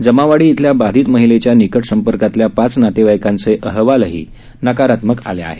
जमावाडी इथल्या बाधित महिलेच्या निकट संपर्कातल्या पाच नातेवाईकांचे अहवालही नकारात्मक आले आहेत